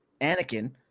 Anakin